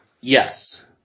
Yes